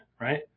right